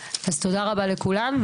תודה רבה לכולם.